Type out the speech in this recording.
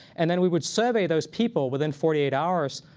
and then we would survey those people within forty eight hours,